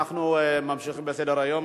אנחנו ממשיכים בסדר-היום.